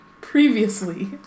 Previously